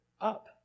up